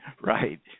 Right